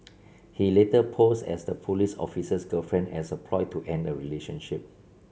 she later posed as the police officer's girlfriend as a ploy to end the relationship